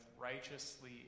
righteously